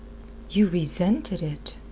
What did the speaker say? you resented it?